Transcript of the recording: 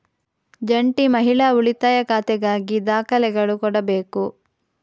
ಜಂಟಿ ಮಹಿಳಾ ಉಳಿತಾಯ ಖಾತೆಗಾಗಿ ದಾಖಲೆಗಳು ಕೊಡಬೇಕು